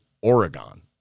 Oregon